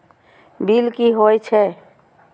Bill की हौए छै?